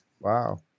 Wow